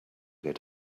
get